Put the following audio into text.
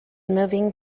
moving